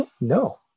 No